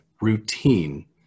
routine